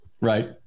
Right